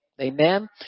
Amen